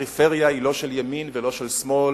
הפריפריה היא לא של ימין ולא של שמאל,